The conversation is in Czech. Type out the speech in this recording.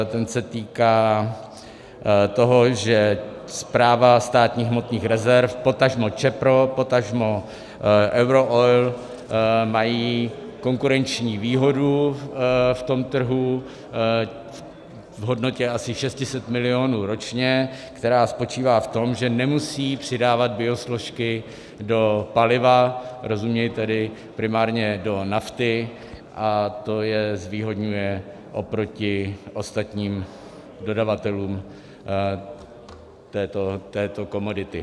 Ten se týká toho, že správa státních hmotných rezerv, potažmo ČEPRO, potažmo EuroOil, mají konkurenční výhodu v trhu v hodnotě asi 600 milionů ročně, která spočítá v tom, že nemusí přidávat biosložky do paliva, rozuměj tedy primárně do nafty, a to je zvýhodňuje oproti ostatním dodavatelům této komodity.